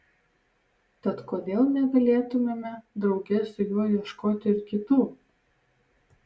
tad kodėl negalėtumėme drauge su juo ieškoti ir kitų